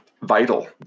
vital